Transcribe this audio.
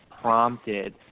prompted